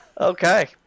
Okay